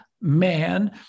man